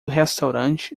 restaurante